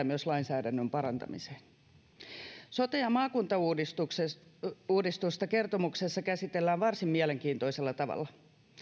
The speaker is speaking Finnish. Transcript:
myös lainsäädännön parantamiseen sote ja maakuntauudistusta kertomuksessa käsitellään varsin mielenkiintoisella tavalla